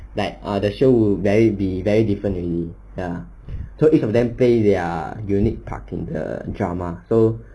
like uh the show will then be very different very different already ya so each of them play their uh unique part in the drama so